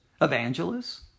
evangelists